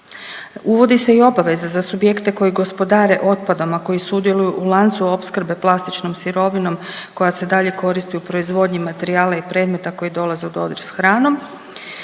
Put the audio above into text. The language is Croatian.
Uvodi se i obaveza za subjekte koji gospodare otpadom, a koji sudjeluju u lancu opskrbe plastičnom sirovinom koja se dalje koristi u proizvodnji materijala i predmeta koji dolaze u dodir sa hranom